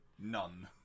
none